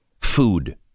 food